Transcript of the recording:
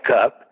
up